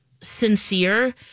sincere